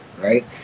right